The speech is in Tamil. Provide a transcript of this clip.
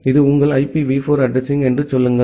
இது உங்கள் IPv4 அட்ரஸிங் என்று சொல்லுங்கள்